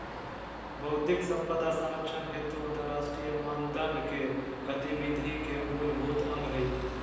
बौद्धिक संपदा संरक्षण हेतु अंतरराष्ट्रीय मानदंड के गतिविधि के मूलभूत अंग हइ